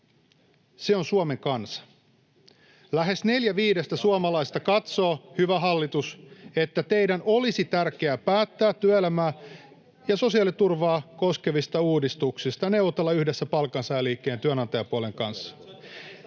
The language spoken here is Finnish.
Se on Suomen kansa. Lähes neljä viidestä suomalaisesta katsoo, hyvä hallitus, että teidän olisi tärkeää päättää ja neuvotella työelämää ja sosiaaliturvaa koskevista uudistuksista yhdessä palkansaajaliikkeen ja työnantajapuolen kanssa